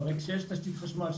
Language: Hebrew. הרי כשיש תשתית חשמל,